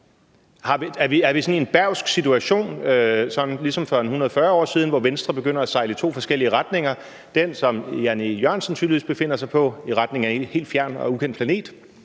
er i sådan en Bergsk situation ligesom for 140 år siden, så Venstre er begyndt at sejle i to forskellige retninger, nemlig dér, hvor hr. Jan E. Jørgensen tydeligvis befinder sig, og som er en retning mod en helt fjern og ukendt planet,